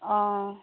অ